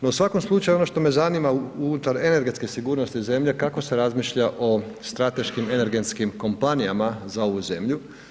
No, u svakom slučaju ono što me zanima unutar energetske sigurnosti zemlje kako se razmišlja o strateškim energetskim kompanijama za ovu zemlju?